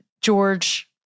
George